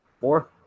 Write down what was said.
Four